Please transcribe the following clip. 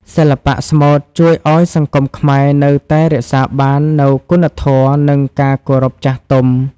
សិល្បៈស្មូតជួយឱ្យសង្គមខ្មែរនៅតែរក្សាបាននូវគុណធម៌ និងការគោរពចាស់ទុំ។